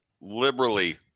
liberally